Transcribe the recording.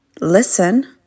listen